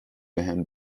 بهم